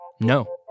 No